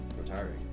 retiring